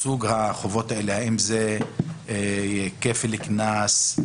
סוג החובות, האם זה כפל קנס.